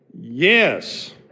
Yes